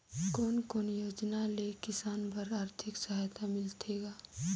कोन कोन योजना ले किसान बर आरथिक सहायता मिलथे ग?